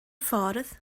ffordd